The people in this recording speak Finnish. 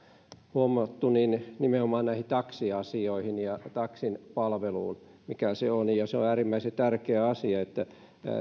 huomattu nimenomaan näihin taksiasioihin ja taksin palveluun mikä se on se on äärimmäisen tärkeä asia että